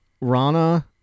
Rana